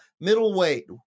middleweight